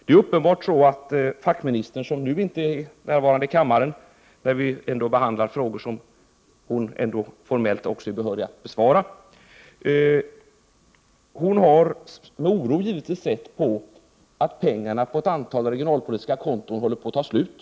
Det är uppenbart så, att fackministern — som nu inte är närvarande i kammaren, trots att vi behandlar frågor som hon är formellt behörig att bevaka — givetvis med oro har sett att pengarna på ett antal regionalpolitiska konton håller på att ta slut.